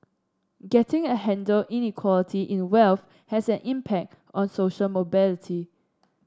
getting a handle Inequality in wealth has an impact on social mobility